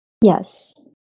Yes